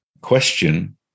question